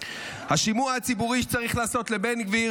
השימוע הציבורי שצריך לעשות לבן גביר